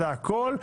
זה הכול.